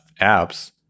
apps